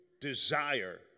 desire